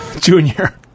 junior